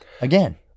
again